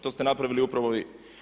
To ste napravili upravo vi.